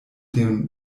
den